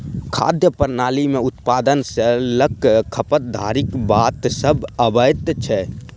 खाद्य प्रणाली मे उत्पादन सॅ ल क खपत धरिक बात सभ अबैत छै